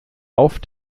auf